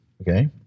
Okay